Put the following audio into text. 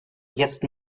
jetzt